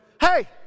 hey